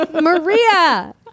Maria